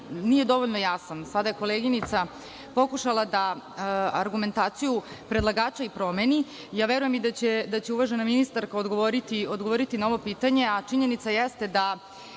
nije dovoljno jasan. Sada je koleginica pokušala da argumentaciju predlagača promeni, verujem da će uvažena ministarka odgovoriti na ovo pitanje, a činjenica jeste da